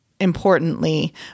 importantly